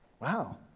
Wow